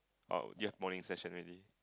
oh you have morning session already